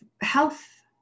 health